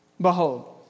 Behold